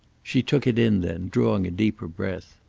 she took it in then, drawing a deeper breath.